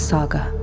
Saga